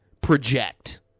project